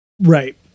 Right